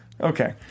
Okay